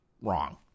wrong